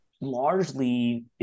largely